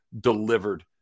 delivered